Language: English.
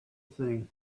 thing